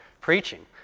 preaching